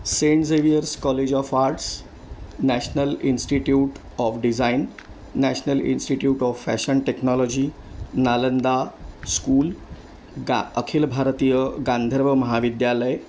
Saint Xavier's college of arts national institute of design national institute of fashion technology Nalanda school गा अखिल भारतीय गांधर्व महाविद्यालय